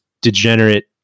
degenerate